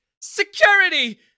Security